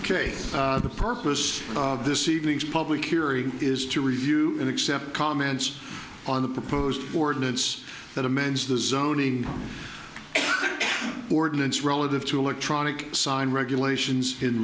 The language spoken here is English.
ok the purpose of this evening's public hearing is to review and accept comments on the proposed ordinance that amends the zoning ordinance relative to electronic sign regulations in